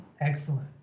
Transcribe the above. Excellent